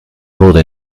wurde